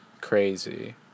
crazy